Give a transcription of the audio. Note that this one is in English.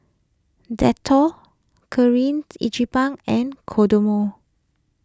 Dettol Kirin Ichiban and Kodomo